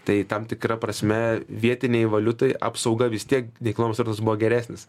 tai tam tikra prasme vietinei valiutai apsauga vis tiek veikloms razmuo geresnis